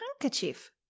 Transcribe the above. handkerchief